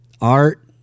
art